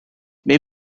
may